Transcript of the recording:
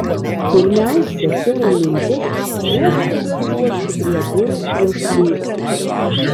pirmiausia kilo mintis kuo skubiau čiuožti prie durų ir slėptis